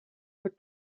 put